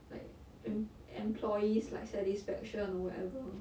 like em~ employees like satisfaction or whatever